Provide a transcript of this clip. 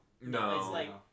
no